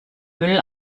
müll